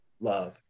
love